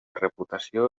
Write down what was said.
reputació